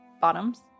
bottoms